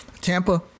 Tampa